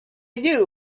knew